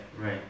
right